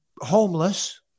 homeless